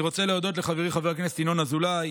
אני רוצה להודות לחברי חבר הכנסת ינון אזולאי